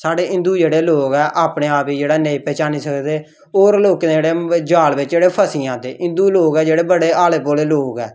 साढ़े हिंदू जेह्ड़े लोग ऐ अपने आप गी जेह्ड़ा ऐ नेईं पैह्चानी सकदे होर लोकें दे जेह्ड़े जाल बिच्च जेह्ड़े फस्सी जंदे हिंदू लोग न जेह्ड़े बड़े हाले भोले लोग ऐ